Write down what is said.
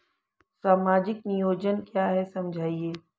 सामाजिक नियोजन क्या है समझाइए?